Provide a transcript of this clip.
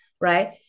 right